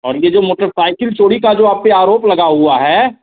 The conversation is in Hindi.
और ये जो मोटरसाइकिल चोरी का जो आप पर आरोप लगा हुआ है